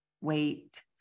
wait